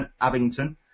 Abington